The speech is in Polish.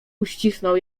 uścisnął